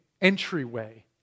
entryway